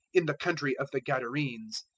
in the country of the gadarenes,